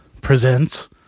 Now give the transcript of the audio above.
presents